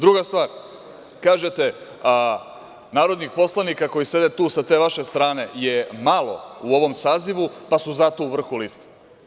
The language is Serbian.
Druga stvar, kažete, narodnih poslanika koji sede tu sa te vaše strane je malo u ovom sazivu, pa su zato u vrhu liste.